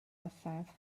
orsaf